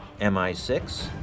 MI6